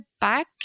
back